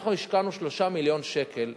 אנחנו השקענו 3 מיליון שקל.